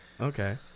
Okay